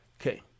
Okay